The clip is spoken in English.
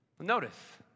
Notice